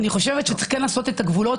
אני חושבת שצריך לעשות את הגבולות,